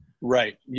Right